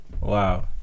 wow